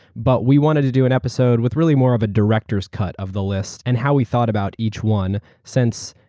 but we wanted to do an episode with really more of a director's cut of the list and how we thought about each one since.